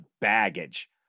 baggage